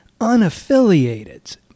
Unaffiliated